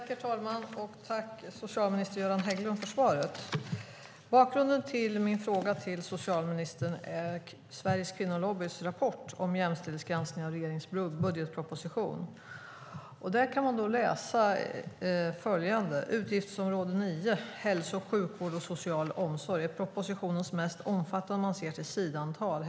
Herr talman! Tack, socialminister Göran Hägglund för svaret! Bakgrunden till min fråga till socialministern är Sveriges Kvinnolobbys rapport om jämställdhetsgranskning av regeringens budgetproposition. Där kan man läsa följande: "Utgiftsområde 9, Hälso-, sjukvård och social omsorg, är propositionens mest omfattande om man ser till sidantal.